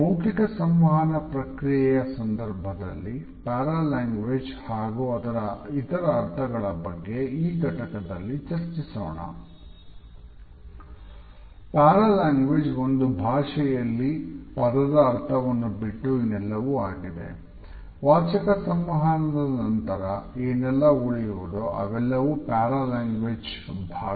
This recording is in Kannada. ಮೌಖಿಕ ಸಂವಹನ ಪ್ರಕ್ರಿಯೆಯ ಸಂಧರ್ಭದಲ್ಲಿ ಪ್ಯಾರಾ ಲ್ಯಾಂಗ್ವೇಜ್ ಭಾಗ